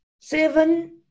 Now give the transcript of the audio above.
Seven